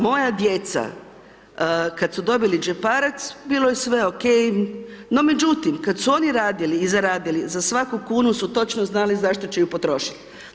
Moja djeca, kada su dobila đeparac bilo je sve ok, no međutim, kada su oni radili i zaradili za svaku kunu su točno znali za što ću je potrošiti.